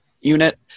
unit